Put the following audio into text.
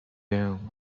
down